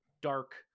dark